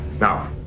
Now